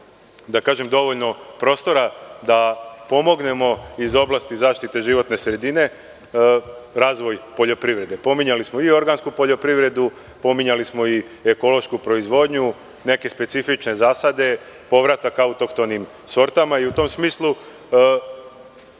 nemamo dovoljno prostora da pomognemo iz oblasti zaštite životne sredine razvoj poljoprivrede. Pominjali smo organsku poljoprivredu. Pominjali smo i ekološku proizvodnju, neke specifične zasade, povratak autoktonim sortama i u tom smislu